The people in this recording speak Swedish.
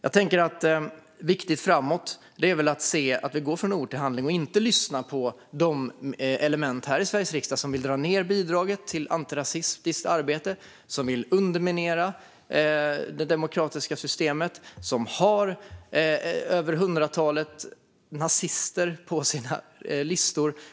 Det är viktigt framöver att se att vi går från ord till handling och inte lyssnar på de element här i Sveriges riksdag som vill dra ned bidraget till antirasistiskt arbete, som vill underminera det demokratiska systemet och som har över ett hundratal nazister på sina listor.